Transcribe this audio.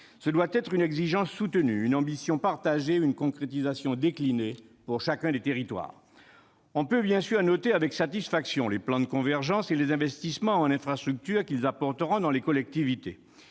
Ce doit être une exigence soutenue, une ambition partagée et une concrétisation déclinée pour chacun des territoires. Bien sûr, on peut noter avec satisfaction les plans de convergences et les investissements en infrastructures qu'ils apporteront dans les collectivités.